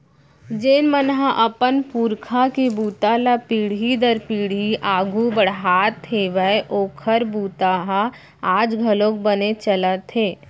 जेन मन ह अपन पूरखा के बूता ल पीढ़ी दर पीढ़ी आघू बड़हात हेवय ओखर बूता ह आज घलोक बने चलत हे